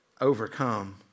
overcome